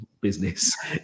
business